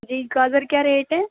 جی گاجر کیا ریٹ ہے